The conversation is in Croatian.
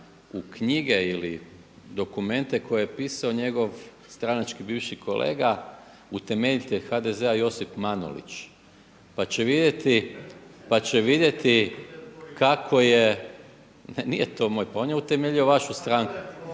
u knjige ili dokumente koje je pisao njegov stranački bivši kolega utemeljitelj HDZ-a Josip Manolić pa će vidjeti kako je, nije to moj pa on je utemeljio vašu stranku.